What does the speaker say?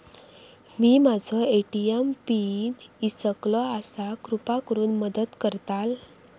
मी माझो ATM PIN इसरलो आसा कृपा करुन मदत करताल